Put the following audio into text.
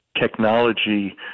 technology